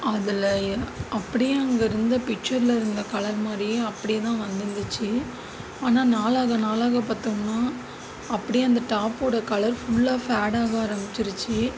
அதில் அப்படியே அங்கே இருந்த பிச்சரில் இருந்த கலர் மாதிரியே அப்படியேதான் வந்துருந்துச்சு ஆனால் நாளாக நாளாக பார்த்தோம்னா அப்படியே அந்த டாப்போடய கலர் ஃபுல்லாக ஃபேடாக ஆரம்மிச்சிருச்சு